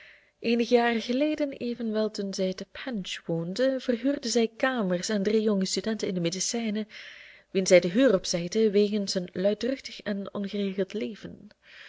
eenige jaren geleden evenwel toen zij te penge woonde verhuurde zij kamers aan drie jonge studenten in de medicijnen wien zij de huur opzegde wegens hun luidruchtig en ongeregeld leven